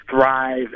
thrive